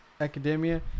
academia